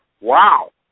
Wow